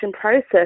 process